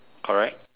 correct